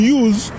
use